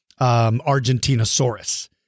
Argentinosaurus